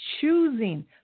choosing